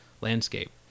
landscape